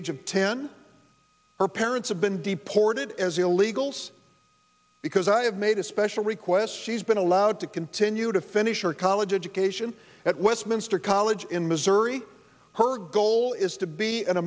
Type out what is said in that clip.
age of ten her parents have been deported as illegals because i have made a special request she's been allowed to continue to finish her college education at westminster college in missouri her goal is to be an